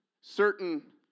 certain